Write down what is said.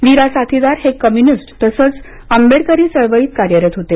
वीरा साथीदार हे कम्यूनिस्ट तसेच आंबेडकरी चळवळीत कार्यरत होते